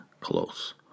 close